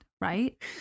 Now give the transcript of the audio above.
right